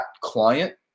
client